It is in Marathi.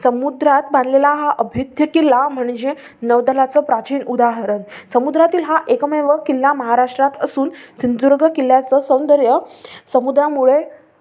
समुद्रात बांधलेला हा अभेद्य किल्ला म्हणजे नौदलाचं प्राचीन उदाहरण समुद्रातील हा एकमेव किल्ला महाराष्ट्रात असून सिंधुदुर्ग किल्ल्याचं सौंदर्य समुद्रामुळे